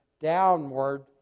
downward